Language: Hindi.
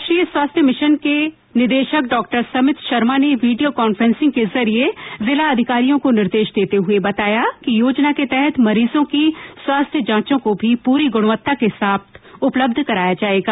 राष्ट्रीय स्वास्थ्य मिशन निदेशक डॉक्टर समित शर्मा ने विडियो कांफेसिंग के जरिये जिला अधिकारियों को निर्देश देते हुए बताया कि योजना के तहत मरीजों की स्वास्थ्य जांचों को भी पूरी गुणवत्ता के साथ उपलब्ध कराया जायेगा